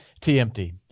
T-empty